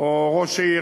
או מראש עיר.